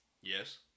Yes